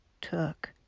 took